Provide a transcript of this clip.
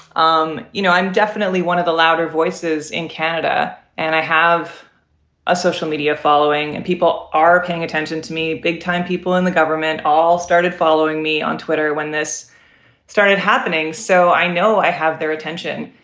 um you know, i'm definitely one of the louder voices in canada and i have a social media following and people are paying attention to me. big time people in the government all started following me on twitter when this started happening so i know i have their attention.